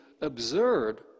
absurd